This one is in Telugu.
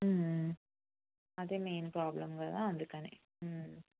అదే మెయిన్ ప్రోబ్లమ్ కదా అందుకనే